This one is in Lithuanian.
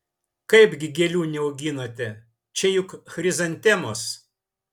kaipgi gėlių neauginate čia juk chrizantemos